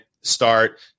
start